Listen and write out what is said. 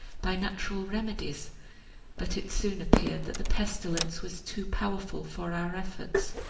by natural remedies but it soon appeared that the pestilence was too powerful for our efforts,